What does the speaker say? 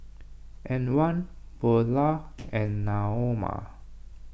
Antwan Beulah and Naoma